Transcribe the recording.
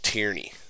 Tyranny